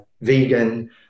vegan